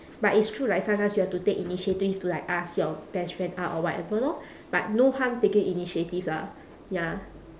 but it's true like sometimes you have to take initiative to like ask your best friend out or whatever lor but no harm taking initiative lah ya